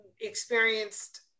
experienced